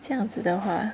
这样子的话